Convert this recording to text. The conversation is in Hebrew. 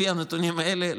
לפי הנתונים האלה,